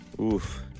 Oof